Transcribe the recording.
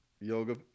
yoga